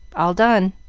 all done.